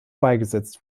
beigesetzt